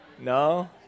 No